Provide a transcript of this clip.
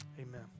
amen